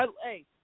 Hey